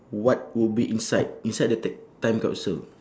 what would be inside inside the ti~ time capsule